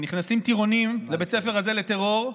הם נכנסים טירונים לבית ספר הזה לטרור,